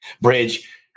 bridge